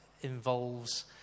involves